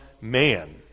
man